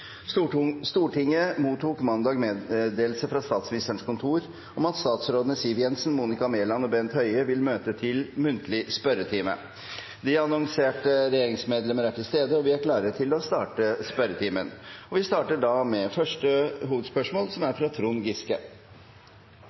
Stortinget mottok mandag meddelelse fra Statsministerens kontor om at statsrådene Siv Jensen, Monica Mæland og Bent Høie vil møte til muntlig spørretime. De annonserte regjeringsmedlemmer er til stede, og vi er klare til å starte den muntlige spørretimen. Vi starter med første hovedspørsmål, som er fra representanten Trond Giske.